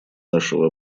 нашего